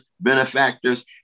benefactors